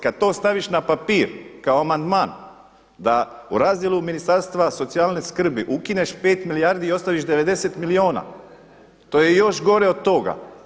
Kada to staviš na papir kao amandman da u razdjelu Ministarstva socijalne skrbi ukineš 5 milijardi i ostaviš 90 milijuna, to je još gore od toga.